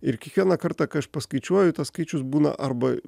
ir kiekvieną kartą kai aš paskaičiuoju tas skaičius būna arba